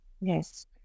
Yes